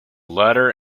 letter